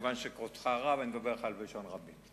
מכיוון שכבודך רב, אני מדבר אליך בלשון רבים.